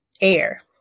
air